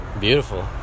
Beautiful